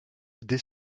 dès